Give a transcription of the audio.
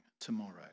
tomorrow